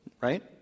right